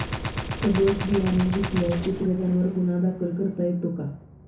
सदोष बियाणे विकल्यास विक्रेत्यांवर गुन्हा दाखल करता येतो का?